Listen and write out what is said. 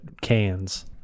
cans